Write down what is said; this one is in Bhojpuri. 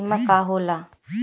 बीमा का होला?